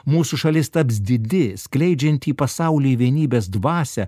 mūsų šalis taps didi skleidžianti į pasaulį vienybės dvasią